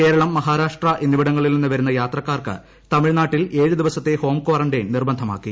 കേരളം മഹാരാഷ്ട്ര എന്നിവിടങ്ങളിൽ നിന്നും വരുന്ന യാത്രക്കാർക്ക് തമിഴ്നാട്ടിൽ ഏഴ് ദിവസത്തെ ഹോം ക്വാറന്റൈൻ നിർബന്ധമാക്കി